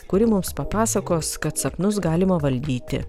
kuri mums papasakos kad sapnus galima valdyti